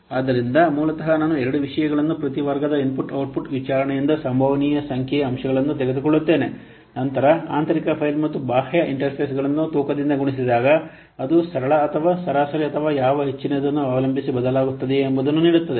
ಆದ್ದರಿಂದ ಮೂಲತಃ ನಾನು ಎರಡು ವಿಷಯಗಳನ್ನು ಪ್ರತಿ ವರ್ಗದ ಇನ್ಪುಟ್ ಔಟ್ಪುಟ್ ವಿಚಾರಣೆಯಿಂದ ಸಂಭವನೀಯ ಸಂಖ್ಯೆಯ ಅಂಶಗಳನ್ನು ತೆಗೆದುಕೊಳ್ಳುತ್ತಿದ್ದೇನೆ ನಂತರ ಆಂತರಿಕ ಫೈಲ್ ಮತ್ತು ಬಾಹ್ಯ ಇಂಟರ್ಫೇಸ್ ಗಳನ್ನು ತೂಕದಿಂದ ಗುಣಿಸಿದಾಗ ಅದು ಸರಳ ಅಥವಾ ಸರಾಸರಿ ಅಥವಾ ಯಾವ ಹೆಚ್ಚಿನದನ್ನು ಅವಲಂಬಿಸಿ ಬದಲಾಗುತ್ತದೆಯೇ ಎಂಬುದನ್ನು ನೀಡುತ್ತದೆ